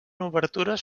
obertures